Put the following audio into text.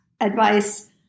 advice